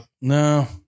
No